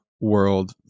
world